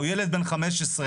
או ילד בן 15,